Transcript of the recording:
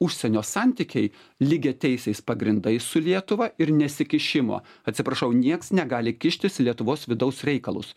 užsienio santykiai lygiateisiais pagrindais su lietuva ir nesikišimo atsiprašau niekas negali kištis į lietuvos vidaus reikalus